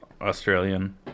Australian